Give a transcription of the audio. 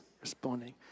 responding